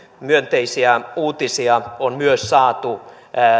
myönteisiä uutisia on myös saatu